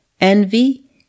envy